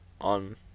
on